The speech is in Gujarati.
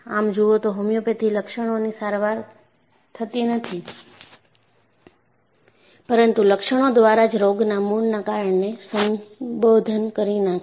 આમ જુઓ તો હોમિયોપેથી લક્ષણોની સારવાર થતી નથી પરંતુ લક્ષણો દ્વારા જ રોગના મૂળના કારણને સંબોધન કરી નાખે છે